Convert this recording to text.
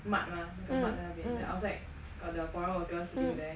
mart mah 那个 mart 在那边 then outside got the foreign workers sitting there